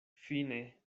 fine